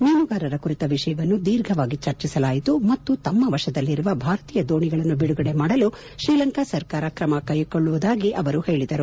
ಮೀನುಗಾರರ ಕುರಿತ ವಿಷಯವನ್ನು ದೀರ್ಘವಾಗಿ ಚರ್ಚಿಸಲಾಯಿತು ಮತ್ತು ತಮ್ಮ ವಶದಲ್ಲಿರುವ ಭಾರತೀಯ ದೋಣಿಗಳನ್ನು ಬಿಡುಗಡೆ ಮಾಡಲು ಶ್ರೀಲಂಕಾ ಸರ್ಕಾರ ಕ್ರಮ ಕೈಗೊಳ್ಳುವುದಾಗಿ ಅವರು ಹೇಳಿದರು